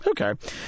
Okay